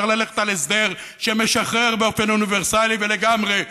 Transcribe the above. צריך ללכת על הסדר שמשחרר באופן אוניברסלי ולגמרי.